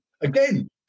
again